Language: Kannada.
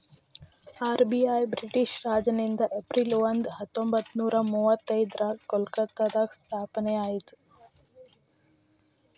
ಆರ್.ಬಿ.ಐ ಬ್ರಿಟಿಷ್ ರಾಜನಿಂದ ಏಪ್ರಿಲ್ ಒಂದ ಹತ್ತೊಂಬತ್ತನೂರ ಮುವತ್ತೈದ್ರಾಗ ಕಲ್ಕತ್ತಾದಾಗ ಸ್ಥಾಪನೆ ಆಯ್ತ್